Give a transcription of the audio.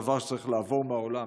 דבר שצריך לעבור מהעולם,